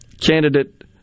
candidate